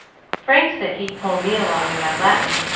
frank said he'd pull me along in my latin,